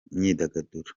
myidagaduro